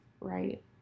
right